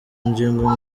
ngingo